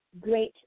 great